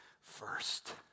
first